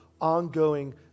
ongoing